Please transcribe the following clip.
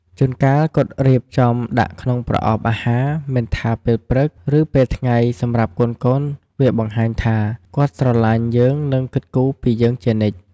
ជួនកាល គាត់រៀបចំដាក់ក្នុងប្រអប់អាហារមិនថាពេលព្រឹក ឬពេលថ្ងៃសម្រាប់កូនៗ វាបង្ហាញថា គាត់ស្រឡាញ់យើងនិងគិតគូរពីយើងជានិច្ច។